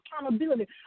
accountability